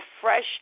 fresh